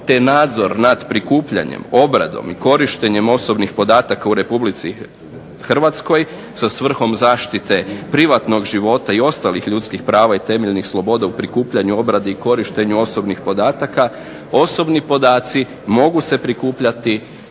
te nadzor nad prikupljanjem, obradom i korištenjem osobnih podataka u Republici Hrvatskoj sa svrhom zaštite privatnog života i ostalih ljudskih prava i temeljnih sloboda u prikupljanju, obradi i korištenju osobnih podataka osobni podaci mogu se prikupljati